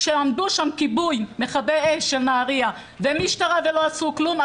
כשעמדו שם מכבה אש של נהרייה ומשטרה ולא עשו כלום,